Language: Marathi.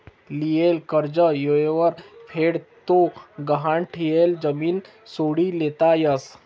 लियेल कर्ज येयवर फेड ते गहाण ठियेल जमीन सोडी लेता यस